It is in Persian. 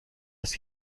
است